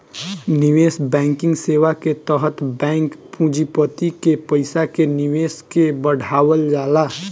निवेश बैंकिंग सेवा के तहत बैंक पूँजीपति के पईसा के निवेश के बढ़ावल जाला